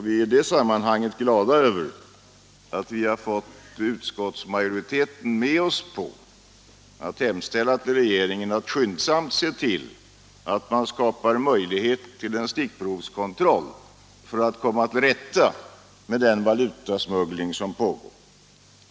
Vi är i det sammanhanget glada över att vi har fått utskottsmajoriteten med oss på att hemställa till regeringen att skyndsamt se till att skapa möjlighet till en stickprovskontroll för att komma till rätta med den valutasmuggling som pågår.